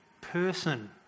person